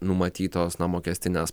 numatytos na mokestinės